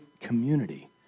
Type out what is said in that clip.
community